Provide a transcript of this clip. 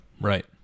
Right